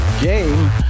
game